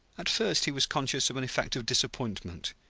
at first he was conscious of an effect of disappointment.